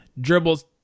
dribbles